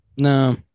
No